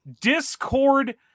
Discord